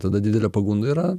tada didelė pagunda yra